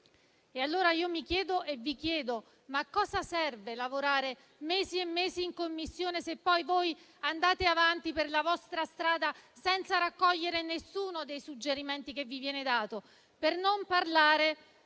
Mi chiedo e vi chiedo allora a cosa serva lavorare mesi e mesi in Commissione, se poi andate avanti per la vostra strada senza raccogliere nessuno dei suggerimenti che vi vengono dati, per non parlare